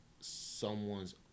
someone's